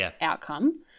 outcome